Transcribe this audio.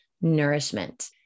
nourishment